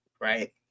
right